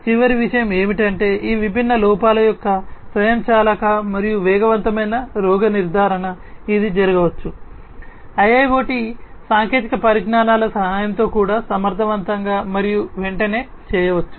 చివరి విషయం ఏమిటంటే ఈ విభిన్న లోపాల యొక్క స్వయంచాలక మరియు వేగవంతమైన రోగ నిర్ధారణ ఇది జరగవచ్చు IIoT సాంకేతిక పరిజ్ఞానాల సహాయంతో కూడా సమర్థవంతంగా మరియు వెంటనే చేయవచ్చు